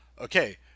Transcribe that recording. Okay